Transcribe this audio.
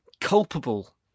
culpable